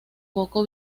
poco